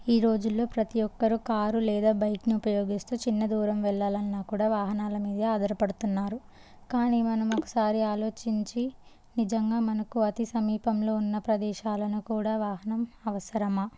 ఈ రోజుల్లో ప్రతి ఒక్కరూ కారు లేదా బైక్ని ఉపయోగిస్తూ చిన్న దూరం వెళ్లాలన్నా కూడా వాహనాల మీదే ఆధారపడుతున్నారు కానీ మనము ఒకసారి ఆలోచించి నిజంగా మనకు అతి సమీపంలో ఉన్న ప్రదేశాలను కూడా వాహనం అవసరమా